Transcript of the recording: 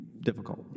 difficult